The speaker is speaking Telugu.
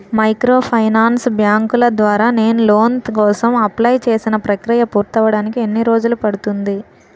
మైక్రోఫైనాన్స్ బ్యాంకుల ద్వారా నేను లోన్ కోసం అప్లయ్ చేసిన ప్రక్రియ పూర్తవడానికి ఎన్ని రోజులు పడుతుంది?